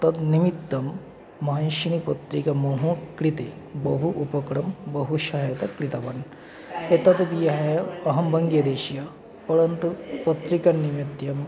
तत् निमित्तं महेषिनि पत्रिा मम कृते बहु उपकारं बहुसहायता कृतवान् एतद्विहाय एव अहं वङ्गदेशीयः परन्तु पत्रिका निमित्तं